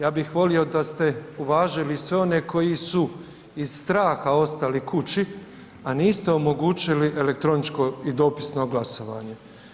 Ja bih volio da ste uvažili i se one koji su iz straha ostali kući, a niste omogućili elektroničko i dopisno glasovanje.